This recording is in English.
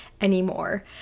anymore